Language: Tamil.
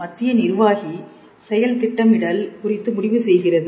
மத்திய நிர்வாகி செயல் திட்டமிடல் குறித்து முடிவு செய்கிறது